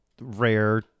rare